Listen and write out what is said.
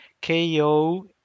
K-O